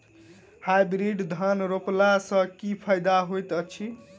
Hybrid धान रोपला सँ की फायदा होइत अछि?